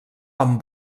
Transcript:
amb